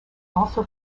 also